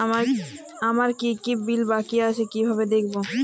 আমার কি কি বিল বাকী আছে কিভাবে দেখবো?